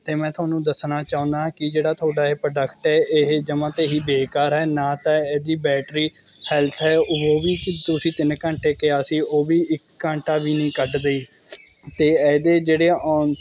ਅਤੇ ਮੈਂ ਤੁਹਾਨੂੰ ਦੱਸਣਾ ਚਾਹੁੰਦਾ ਕਿ ਜਿਹੜਾ ਤੁਹਾਡਾ ਇਹ ਪ੍ਰੋਡਕਟ ਹੈ ਇਹ ਜਮ੍ਹਾਂ ਤੇ ਹੀ ਬੇਕਾਰ ਹੈ ਨਾ ਤਾਂ ਇਹਦੀ ਬੈਟਰੀ ਹੈਲਥ ਹੈ ਉਹ ਵੀ ਤੁਸੀਂ ਤਿੰਨ ਘੰਟੇ ਕਿਹਾ ਸੀ ਉਹ ਵੀ ਇੱਕ ਘੰਟਾ ਵੀ ਨਹੀਂ ਕੱਢਦੀ ਅਤੇ ਇਹਦੇ ਜਿਹੜੇ ਔ